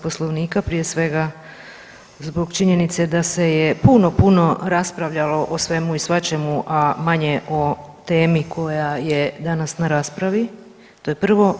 Poslovnika, prije svega zbog činjenice da se je puno, puno raspravljalo o svemu i svačemu, a manje o temi koja je danas na raspravi, to je prvo.